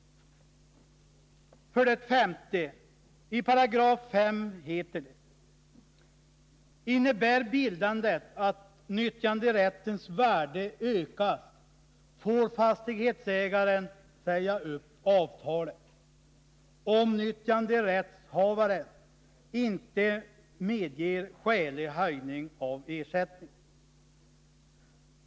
För det femte heter det i 5 §: Innebär bildandet att nyttjanderättens värde ökas får fastighetsägaren säga upp avtalet, om nyttjanderättshavaren inte medger skälig höjning av ersättningen.